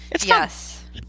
Yes